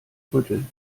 rütteln